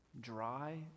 dry